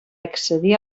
accedir